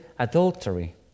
adultery